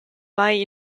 mei